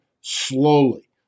slowly